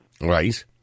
right